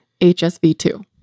HSV2